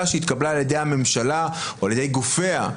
שהתקבלה על ידי הממשלה או על ידי גופיה,